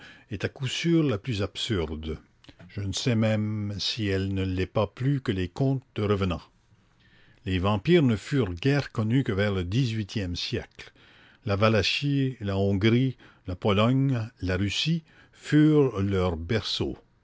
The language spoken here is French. est à coup sûr la plus absurde je ne sais même si elle ne l'est pas plus que les contes de revenans les vampires ne furent guère connus que vers le dix-huitième siècle la valachie la hongrie la pologne la russie furent leurs berceaux